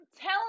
Tell